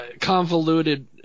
convoluted